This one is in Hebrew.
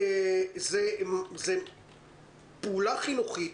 זה פעולה חינוכית,